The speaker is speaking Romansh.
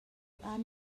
han